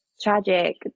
tragic